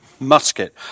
Musket